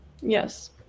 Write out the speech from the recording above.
Yes